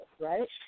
right